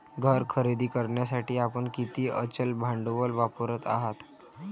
घर खरेदी करण्यासाठी आपण किती अचल भांडवल वापरत आहात?